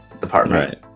department